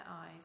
eyes